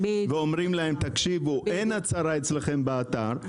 ואומרים: אין הצהרה אצלכם באתר,